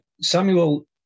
Samuel